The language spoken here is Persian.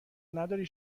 نداری